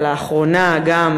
ולאחרונה גם,